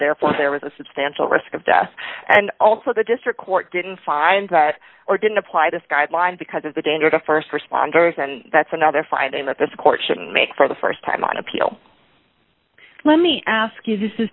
therefore there was a substantial risk of death and also the district court didn't find that or didn't apply this guideline because of the danger to st responders and that's another finding that this court shouldn't make for the st time on appeal let me ask you this is